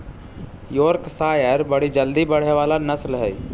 Yorkshire बड़ी जल्दी बढ़े वाला नस्ल हई